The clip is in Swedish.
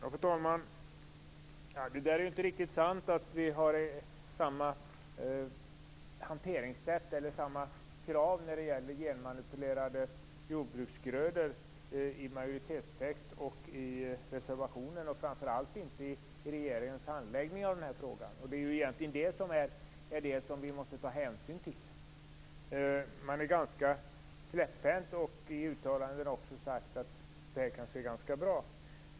Fru talman! Det är inte riktigt sant att vi har samma krav när det gäller genmanipulerade jordbruksgrödor i reservationen som finns i majoritetstexten, och framför allt inte som finns i regeringens skrivning i frågan. Det är egentligen det som vi måste ta hänsyn till. Man är ganska släpphänt och har i uttalanden sagt att det här kanske är ganska bra.